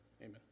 Amen